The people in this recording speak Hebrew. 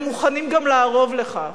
והם מוכנים גם לערוב לכך.